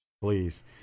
Please